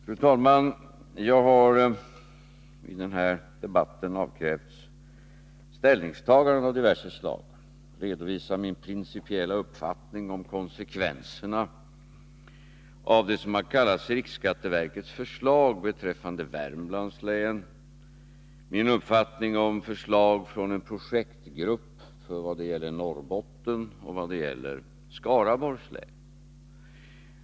Fru talman! Jag har i den här debatten avkrävts ställningstaganden av diverse slag. Jag skall redovisa min principiella uppfattning om konsekvenserna av det som har kallats riksskatteverkets förslag beträffande Värmlands län och min uppfattning om förslag från en projektgrupp i vad gäller Norrbottens län och Skaraborgs län.